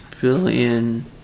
billion